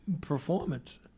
performance